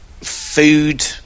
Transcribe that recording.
Food